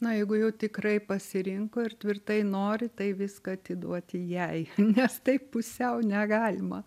na jeigu jau tikrai pasirinko ir tvirtai nori tai viską atiduoti jai nes taip pusiau negalima